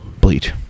Bleach